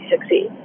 succeed